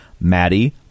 Maddie